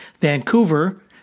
Vancouver